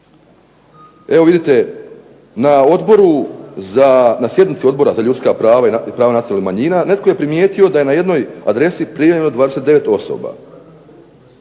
Evo vidite, na sjednici Odbora za ljudska prava i prava nacionalnih manjina netko je primjetio da je na jednoj adresi prijavljeno 29 osoba.